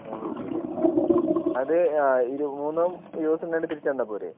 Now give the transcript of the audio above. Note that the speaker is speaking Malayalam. മൂന്ന് ബുക്ക് അല്ലേ അത് മൂന്നും ഇരുപതു ദിവസം കഴിഞ്ഞിട്ട് തിരിച്ചു തന്നാൽ പോരേ